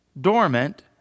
dormant